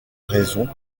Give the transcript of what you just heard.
raison